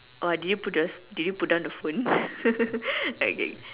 uh did you put just did you put down the phone okay